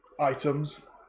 items